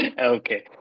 Okay